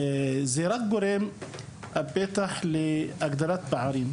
זה רק גורם הפתח להגדלת פערים.